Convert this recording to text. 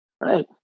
Right